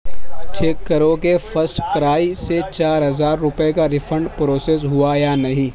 check کرو کہ first کرائی سے چار ہزار روپے کا ریفنڈ پروسیز ہوا یا نہیں